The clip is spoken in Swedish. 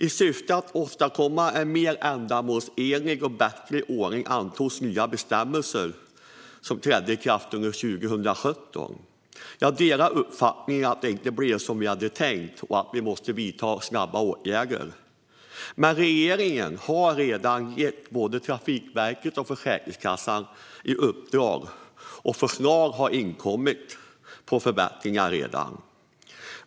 I syfte att åstadkomma en mer ändamålsenlig och bättre ordning antogs nya bestämmelser som trädde i kraft under 2017. Jag delar uppfattningen att det inte blev som vi hade tänkt och att åtgärder snabbt måste vidtas. Men regeringen har redan gett både Trafikverket och Försäkringskassan i uppdrag att inkomma med förslag på förbättringar, vilket också har skett.